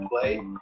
play